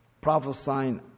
Prophesying